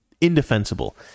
Indefensible